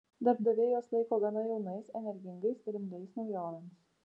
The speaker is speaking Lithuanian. darbdaviai juos laiko gana jaunais energingais ir imliais naujovėms